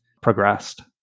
progressed